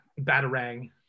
batarang